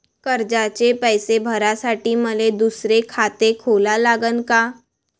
कर्जाचे पैसे भरासाठी मले दुसरे खाते खोला लागन का?